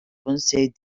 conseil